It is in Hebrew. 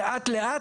לאט לאט,